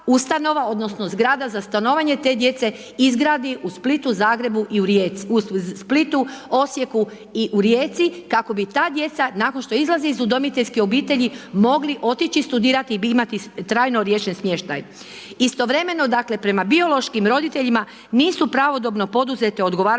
odnosno zgrada za stanovanje te djece izgradi u Splitu, Zagrebu i u Rijeci, u Splitu, Osijeku i u Rijeci, kako bi ta djeca nakon što izlaze iz udomiteljske obitelji, mogli otići studirati i imati trajno riješen smještaj. Istovremeno, dakle, prema biološkim roditeljima nisu pravodobno poduzete odgovarajuće